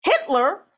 Hitler